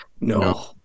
No